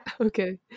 Okay